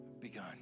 begun